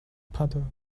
puddle